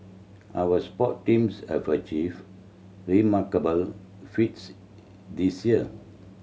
our sport teams have achieved remarkable feats this year